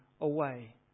away